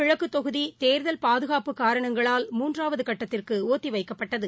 கிழக்கு தொகுதி தேர்தல் பாதுகாப்பு காரணங்களால் திரிபுர மூன்றாவது கட்டத்திற்கு ஒத்திவைக்கப்பட்டது